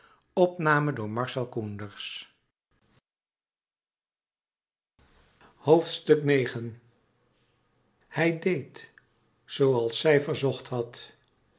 wekkend hij deed zooals zij verzocht had